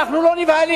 אנחנו לא נבהלים,